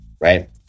right